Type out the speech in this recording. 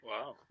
Wow